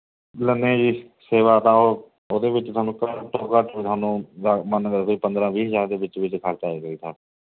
ਲੈਂਨੇ ਐ ਜੀ ਸੇਵਾ ਤਾਂ ਉਹ ਉਹਦੇ ਵਿੱਚ ਘੱਟ ਤੋਂ ਘੱਟ ਤੁਹਾਨੂੰ ਪੰਦਰਾਂ ਵੀਹ ਹਜ਼ਾਰ ਦੇ ਵਿੱਚ ਵਿੱਚ ਖਰਚਾ ਆਏਗਾ ਜੀ